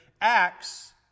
Acts